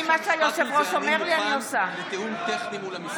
אני מוכן לתיאום טכני מול המשרדים.